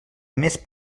emès